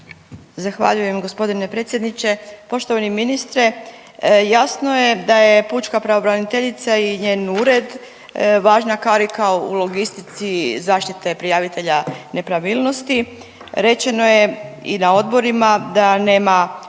Zahvaljujem gospodine predsjedniče. Poštovani ministre, jasno je da je pučka pravobraniteljica i njen ured važna karika u logistici zaštite prijavitelja nepravilnosti. Rečeno je i na odborima da nema